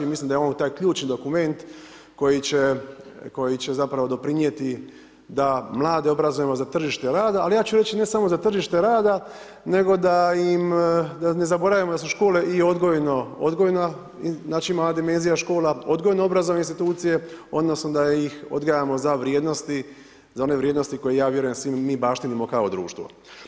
Mislim da je on taj ključni dokument koji će zapravo doprinijeti da mlade obrazujemo za tržište rada, ali ja ću reći ne samo za tržište rada nego da im, da ne zaboravimo da su škole i odgojna, znači dimenzija škola, odgojno obrazovne institucije, odnosno da ih odgajamo za vrijednosti, za one vrijednosti koje ja vjerujem svi mi baštinimo kao društvo.